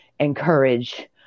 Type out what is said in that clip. encourage